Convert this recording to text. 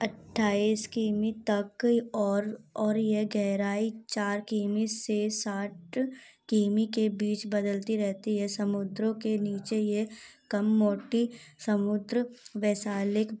अट्ठाईस किमी तक और और यह गहराई चार किमी से साठ किमी के बीच बदलती रहती है समुद्रों के नीचे ये कम मोटी समुद्र वैशालिक